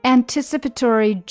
Anticipatory